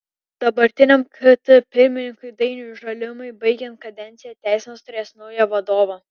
dabartiniam kt pirmininkui dainiui žalimui baigiant kadenciją teismas turės naują vadovą